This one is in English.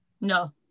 no